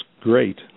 great